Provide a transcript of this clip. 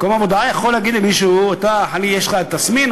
מקום עבודה יכול להגיד למישהו: יש לך תסמין,